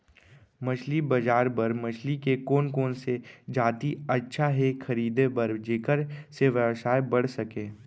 मछली बजार बर मछली के कोन कोन से जाति अच्छा हे खरीदे बर जेकर से व्यवसाय बढ़ सके?